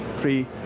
three